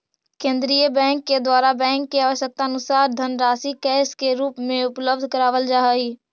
केंद्रीय बैंक के द्वारा बैंक के आवश्यकतानुसार धनराशि कैश के रूप में उपलब्ध करावल जा हई